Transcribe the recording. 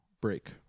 break